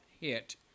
hit